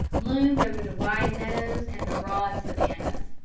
bloomed over the wide meadows and the broad savannahs,